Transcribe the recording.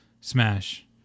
Smash